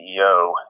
CEO